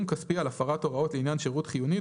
כספי על הפרת הוראות לעניין שירות חיוני,